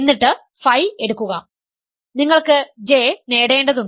എന്നിട്ട് ഫൈ എടുക്കുക നിങ്ങൾക്ക് J നേടേണ്ടതുണ്ട്